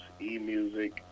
eMusic